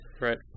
Right